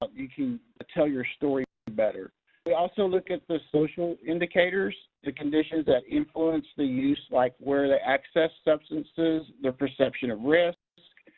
but you can ah tell your story better. then we also look at the social indicators, the conditions that influence the use like where they access substances, their perception of risk,